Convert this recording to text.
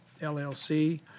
LLC